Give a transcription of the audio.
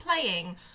playing